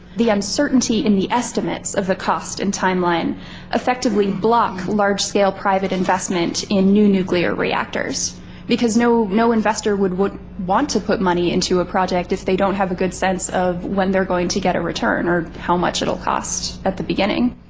the uncertainty in the estimates of the cost and timeline effectively block large-scale private investment in new nuclear reactors because no no investor would would want to put money into a project if they don't have a good sense of when they're going to get a return, or how much it will cost at the beginning.